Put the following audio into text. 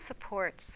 supports